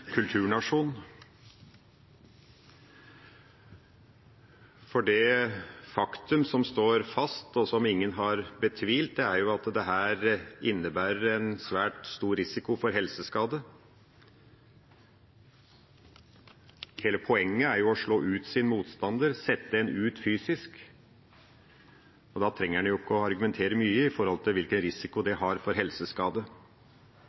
kulturnasjon. Det faktum som står fast, og som ingen har betvilt, er at dette innebærer en svært stor risiko for helseskade. Hele poenget er jo å slå ut sin motstander, sette motstanderen ut fysisk. Da trenger en ikke å argumentere mye for hvilken risiko